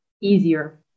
easier